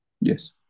Yes